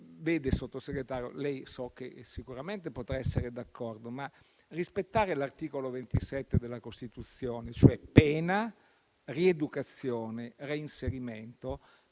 Sottosegretario, so che sicuramente potrà essere d'accordo, ma rispettare l'articolo 27 della Costituzione, ragionando su pena rieducazione, reinserimento,